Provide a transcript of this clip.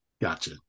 Gotcha